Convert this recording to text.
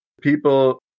people